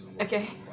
Okay